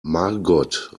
margot